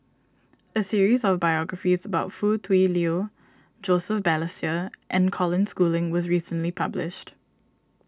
a series of biographies about Foo Tui Liew Joseph Balestier and Colin Schooling was recently published